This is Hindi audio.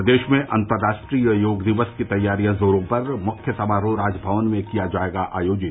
प्रदेश में अतंराष्ट्रीय योग दिवस की तैयारियां जोरो पर मुख्य समारोह राजभवन में किया जायेगा आयोजित